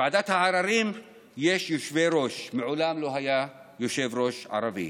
לוועדת העררים יש יושבי-ראש ומעולם לא היה יושב-ראש ערבי.